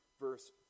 Verse